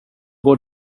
går